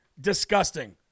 disgusting